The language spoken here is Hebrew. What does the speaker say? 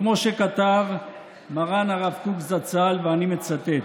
כמו שכתב מר"ן הרב קוק זצ"ל, ואני מצטט: